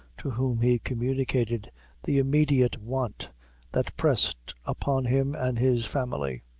to whom he communicated the immediate want that pressed upon him and his family.